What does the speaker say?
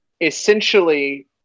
essentially